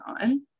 on